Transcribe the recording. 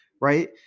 Right